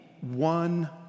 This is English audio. one